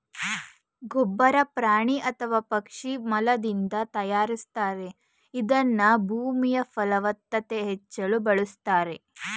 ಗೊಬ್ಬರ ಪ್ರಾಣಿ ಅಥವಾ ಪಕ್ಷಿ ಮಲದಿಂದ ತಯಾರಿಸ್ತಾರೆ ಇದನ್ನ ಭೂಮಿಯಫಲವತ್ತತೆ ಹೆಚ್ಚಿಸಲು ಬಳುಸ್ತಾರೆ